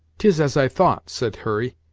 tis as i thought, said hurry,